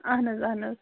اہن حظ اہن حظ